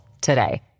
today